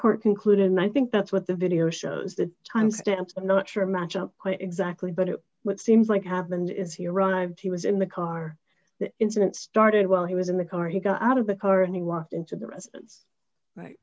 court concluded and i think that's what the video shows the timestamps i'm not sure match up quite exactly but it seems like happened is he arrived he was in the car the incident started while he was in the car he got out of the car and he walked into the residence right